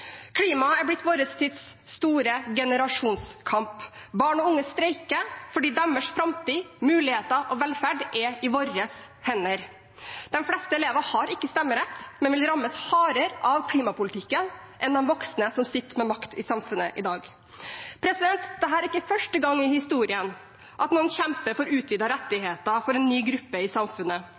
er blitt vår tids store generasjonskamp. Barn og unge streiker fordi deres framtid, muligheter og velferd er i våre hender. De fleste elever har ikke stemmerett, men vil rammes hardere av klimapolitikken enn de voksne som sitter med makt i samfunnet i dag. Dette er ikke første gang i historien noen kjemper for utvidede rettigheter for en ny gruppe i samfunnet.